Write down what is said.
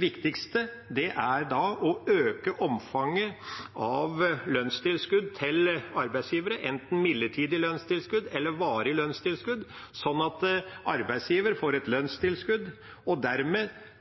viktigste, er å øke omfanget av lønnstilskudd til arbeidsgivere – enten midlertidige lønnstilskudd eller varige lønnstilskudd – slik at arbeidsgiver får et lønnstilskudd, og at det offentlige dermed